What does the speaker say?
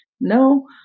no